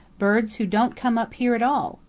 birds who don't come up here at all.